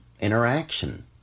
interaction